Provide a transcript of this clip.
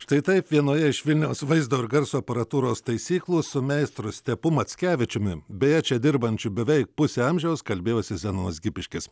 štai taip vienoje iš vilniaus vaizdo ir garso aparatūros taisyklų su meistru stepu mackevičiumi beje čia dirbančių beveik pusę amžiaus kalbėjosi zenonas gipiškis